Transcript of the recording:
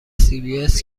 cbs